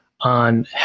on